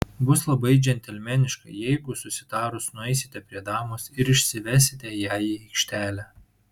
bus labai džentelmeniška jeigu susitarus nueisite prie damos ir išsivesite ją į aikštelę